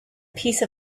piece